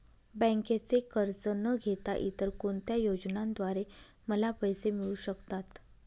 बँकेचे कर्ज न घेता इतर कोणत्या योजनांद्वारे मला पैसे मिळू शकतात?